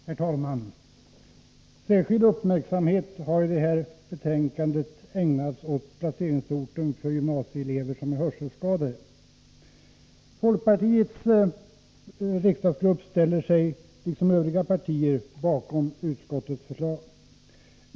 Herr talman! Särskild uppmärksamhet har i detta betänkande ägnats åt placeringsorten för gymnasieelever som är hörselskadade. Folkpartiets riksdagsgrupp ställer sig liksom övriga partier bakom utskottets förslag.